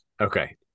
okay